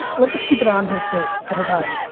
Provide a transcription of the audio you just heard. let's just keep it on his face the whole time.